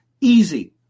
easy